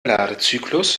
ladezyklus